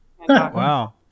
Wow